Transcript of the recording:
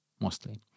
mostly